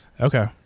Okay